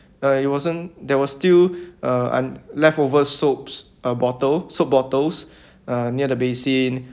uh it wasn't there was still uh and leftovers soaps uh bottle soap bottles uh near the basin